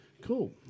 Cool